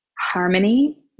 harmony